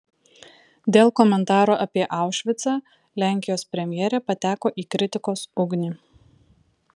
dėl komentarų apie aušvicą lenkijos premjerė pateko į kritikos ugnį